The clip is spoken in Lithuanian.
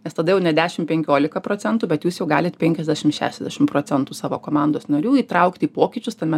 nes tada jau ne dešim penkiolika procentų bet jūs jau galit penkiasdešim šešiadešim procentų savo komandos narių įtraukti į pokyčius tame